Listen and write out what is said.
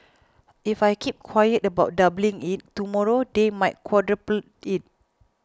if I keep quiet about doubling it tomorrow they might quadruple it